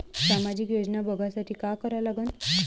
सामाजिक योजना बघासाठी का करा लागन?